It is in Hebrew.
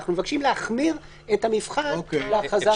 אנחנו מבקשים להחמיר את המבחן להכרזה על מצב חירום.